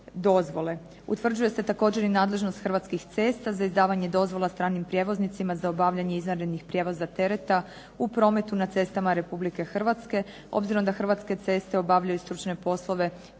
Utvrđuje se također i nadležnost Hrvatskih cesta za izdavanje dozvola stranim prijevoznicima za obavljanje izvanrednih prijevoza tereta u prometu na cestama Republike Hrvatske obzirom da Hrvatske ceste obavljaju stručne poslove pri utvrđivanju